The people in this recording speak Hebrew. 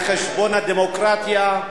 על חשבון הדמוקרטיה,